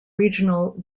regional